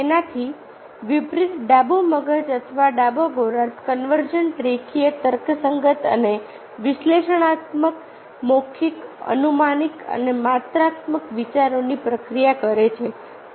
તેનાથી વિપરિત ડાબું મગજ અથવા ડાબો ગોળાર્ધ કન્વર્જન્ટ રેખીય તર્કસંગત અને વિશ્લેષણાત્મક મૌખિક આનુમાનિક અને માત્રાત્મક વિચારની પ્રક્રિયા કરે છે